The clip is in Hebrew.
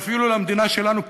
ואפילו למדינה שלנו,